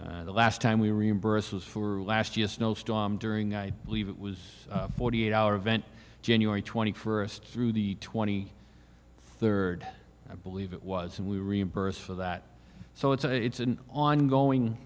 equipment the last time we reimburse was for last year's snow storm during i believe it was forty eight hour event january twenty first through the twenty third i believe it was and we reimburse for that so it's a it's an ongoing